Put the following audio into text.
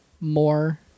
more